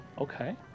Okay